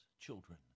children